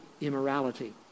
immorality